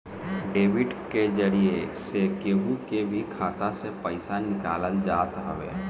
debit के जरिया से केहू के भी खाता से पईसा निकालल जात हवे